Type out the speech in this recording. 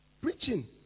Preaching